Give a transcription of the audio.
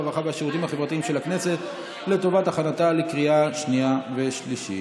הרווחה והשירותים החברתיים של הכנסת לטובת הכנתה לקריאה שנייה ושלישית.